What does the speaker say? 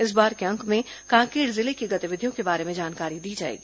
इस बार के अंक में कांकेर जिले की गतिविधियों के बारे में जानकारी दी जाएगी